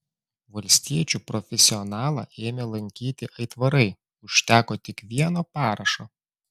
valstiečių profesionalą ėmė lankyti aitvarai užteko tik vieno parašo